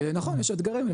נכון, יש אתגרים.